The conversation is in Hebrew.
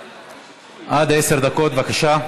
עד עשר דקות, בבקשה.